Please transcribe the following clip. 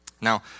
Now